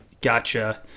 Gotcha